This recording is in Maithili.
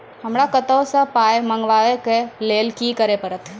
हमरा कतौ सअ पाय मंगावै कऽ लेल की करे पड़त?